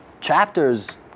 chapters